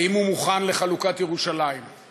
האם הוא מוכן לחלוקת ירושלים?